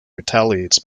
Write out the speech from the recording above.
retaliates